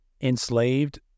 enslaved